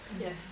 yes